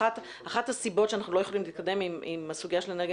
אחת הסיבות שאנחנו לא יכולים להתקדם עם הסוגיה של אנרגיה